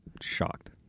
shocked